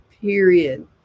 period